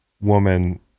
woman